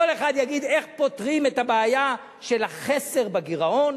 כל אחד יגיד איך פותרים את הבעיה של החסר בגירעון.